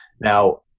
Now